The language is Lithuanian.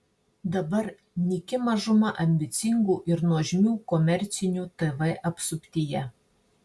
dabar nyki mažuma ambicingų ir nuožmių komercinių tv apsuptyje